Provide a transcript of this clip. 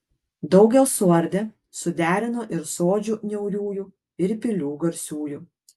daugel suardė suderino ir sodžių niauriųjų ir pilių garsiųjų